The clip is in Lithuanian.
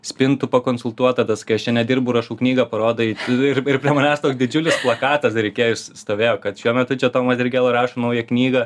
spintų pakonsultuot tada sakai aš čia nedirbu rašau knygą parodai ir ir prie manęs toks didžiulis plakatas dar ikėjoj stovėjo kad šiuo metu čia tomas dirgėla rašo naują knygą